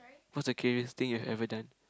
what the craziest thing you ever done